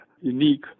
unique